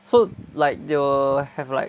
so like they will have like